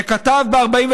מתהפך בקבר,